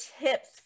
tips